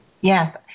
Yes